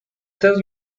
tell